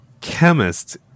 chemist